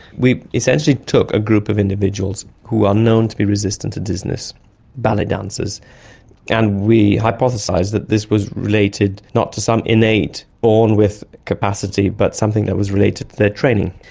we essentially took a group of individuals who are known to be resistant to dizziness ballet dancers and we hypothesised that this was related not to some innate born with capacity but something that was related to their training.